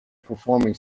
performing